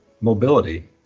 mobility